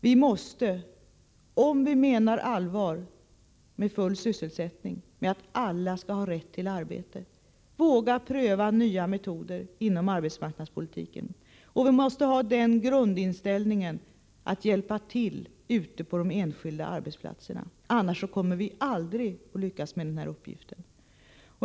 Vi måste, om vi menar allvar med full sysselsättning, med att alla skall ha rätt till arbete, våga pröva nya metoder inom arbetsmarknadspolitiken. Vi måste ha grundinställningen att vilja hjälpa till ute på de enskilda arbetsplatserna. Annars kommer vi aldrig att lyckas med den här uppgiften.